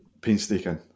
Painstaking